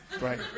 right